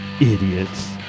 idiots